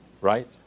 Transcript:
right